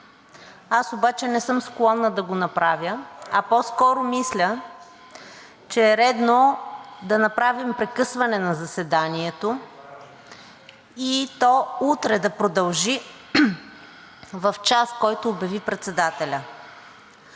Аз обаче не съм склонна да го направя, а по-скоро мисля, че е редно да направим прекъсване на заседанието и то утре да продължи в час, който обяви председателят.